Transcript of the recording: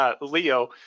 Leo